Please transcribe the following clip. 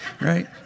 right